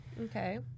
okay